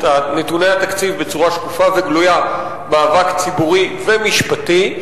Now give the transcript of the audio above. נתוני התקציב בצורה שקופה וגלויה מאבק ציבורי ומשפטי,